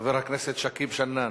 חבר הכנסת שכיב שנאן.